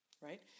Right